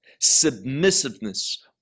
submissiveness